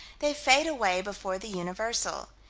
they fade away before the universal.